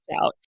out